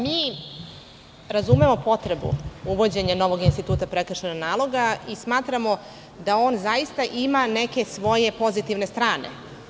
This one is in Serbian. Mi razumemo potrebu uvođenje novog instituta prekršajnog naloga i smatramo da on zaista ima neke svoje pozitivne strane.